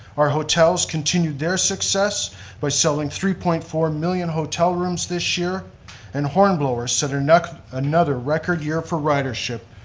our hotels continued their success by selling three point four million hotel rooms this year and hornblower set another another record year for ridership,